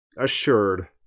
assured